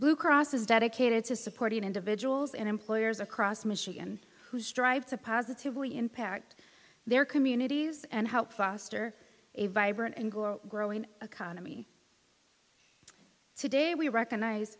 blue cross is dedicated to supporting individuals and employers across michigan who strive to positively impact their communities and help foster a vibrant and growing economy today we recognize